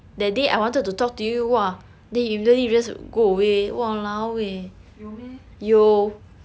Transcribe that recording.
有 meh